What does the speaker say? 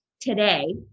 today